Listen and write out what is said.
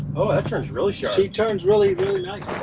oh, that turns really sharp. she turns really, really nice. wow,